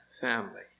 family